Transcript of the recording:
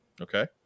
okay